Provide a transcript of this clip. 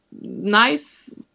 nice